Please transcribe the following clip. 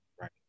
right